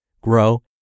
grow